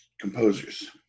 composers